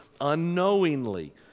unknowingly